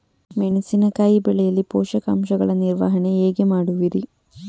ಮೆಣಸಿನಕಾಯಿ ಬೆಳೆಯಲ್ಲಿ ಪೋಷಕಾಂಶಗಳ ನಿರ್ವಹಣೆ ಹೇಗೆ ಮಾಡುವಿರಿ?